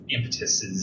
impetuses